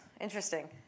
Interesting